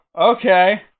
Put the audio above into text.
okay